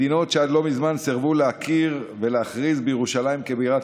מדינות שעד לא מזמן סירבו להכיר ולהכריז על ירושלים כבירת